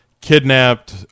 kidnapped